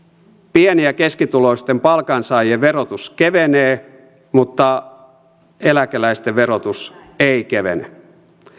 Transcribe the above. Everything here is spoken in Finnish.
pieni ja keskituloisten palkansaajien verotus kevenee mutta eläkeläisten verotus ei kevene